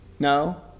No